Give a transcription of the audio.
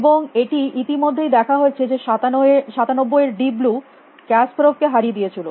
এবং এটি ইতিমধ্যেই দেখা হয়েছে যে 97 এর ডিপ ব্লু কাসপারভ কে হারিয়ে দিয়েছিল